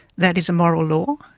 that is a moral law,